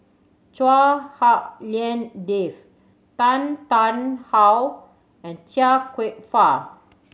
Chua Hak Lien Dave Tan Tarn How and Chia Kwek Fah